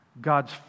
God's